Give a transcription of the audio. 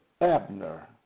Abner